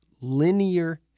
linear